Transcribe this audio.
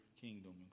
kingdom